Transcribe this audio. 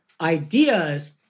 ideas